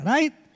Right